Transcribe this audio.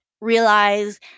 realize